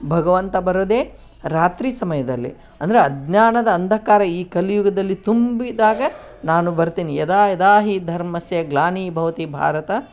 ಭಗವಂತ ಬರೋದೇ ರಾತ್ರಿ ಸಮಯದಲ್ಲಿ ಅಂದರೆ ಅಜ್ಞಾನದ ಅಂಧಕಾರ ಈ ಕಲಿಯುಗದಲ್ಲಿ ತುಂಬಿದಾಗ ನಾನು ಬರ್ತೀನಿ ಯದಾ ಯದಾ ಹಿ ಧರ್ಮಸ್ಯ ಗ್ಲಾನಿರ್ಭವತಿ ಭಾರತ